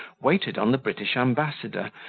waited on the british ambassador,